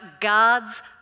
God's